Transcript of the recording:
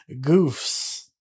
goofs